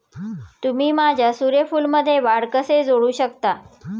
तुम्ही माझ्या सूर्यफूलमध्ये वाढ कसे जोडू शकता?